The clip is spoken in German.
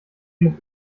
mit